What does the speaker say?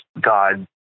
God